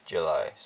July